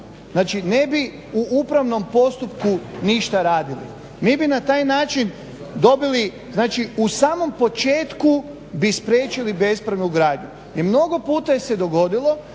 Znači ne bi u upravnom postupku ništa radili. Mi bi na taj način dobili znači u samom početku bi spriječili bespravnu gradnju. I mnogo puta se dogodilo